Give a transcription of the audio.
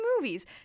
movies